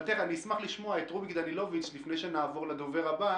אשמח לשמוע את רוביק דנילוביץ לפני שנעבור לדובר הבא,